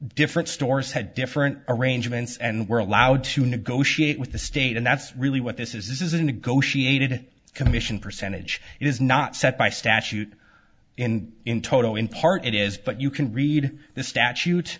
different stores have different arrangements and we're allowed to negotiate with the state and that's really what this is this is a negotiated commission percentage is not set by statute in in toto in part it is but you can read the statute